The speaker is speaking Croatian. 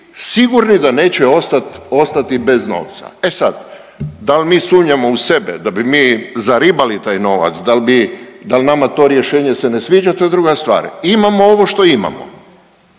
sigurni da neće ostat, ostati bez novca. E sad, dal mi sumnjamo u sebe da bi mi zaribali taj novac, dal bi, dal nama to rješenje se ne sviđa to je druga stvar, imamo ovo što imamo.